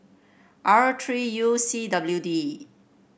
R three U C W D